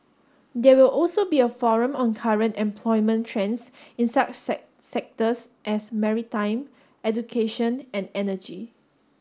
there will also be a forum on current employment trends in such sectors as maritime education and energy